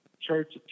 church